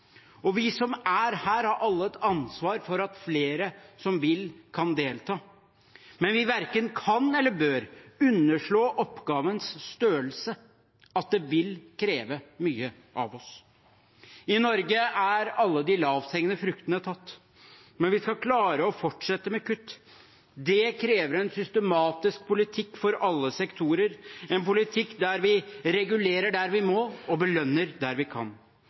Og vi som er her, har alle et ansvar for at flere som vil, kan delta, men vi verken kan eller bør underslå oppgavens størrelse – at det vil kreve mye av oss. I Norge er alle de lavthengende fruktene tatt, men vi skal klare å fortsette med kutt. Det krever en systematisk politikk for alle sektorer, en politikk der vi regulerer der vi må, og belønner der vi kan.